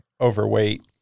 overweight